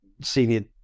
senior